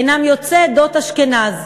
הם יוצאי עדות אשכנז.